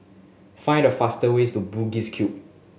find the fastest way to Bugis Cube